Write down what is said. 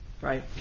right